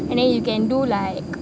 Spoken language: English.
and then you can do like